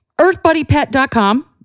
earthbuddypet.com